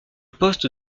poste